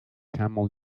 camel